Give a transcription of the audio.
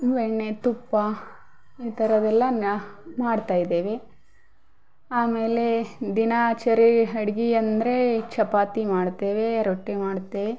ಬೆಣ್ಣೆ ತುಪ್ಪ ಈ ಥರದೆಲ್ಲ ಮಾಡ್ತಾಯಿದ್ದೇವೆ ಆಮೇಲೆ ದಿನಚರಿ ಅಡ್ಗೆ ಅಂದರೆ ಚಪಾತಿ ಮಾಡ್ತೇವೆ ರೊಟ್ಟಿ ಮಾಡ್ತೇವೆ